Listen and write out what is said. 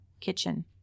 kitchen